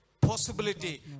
possibility